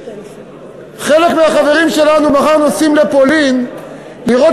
חלק מהחברים שלנו נוסעים מחר לפולין לראות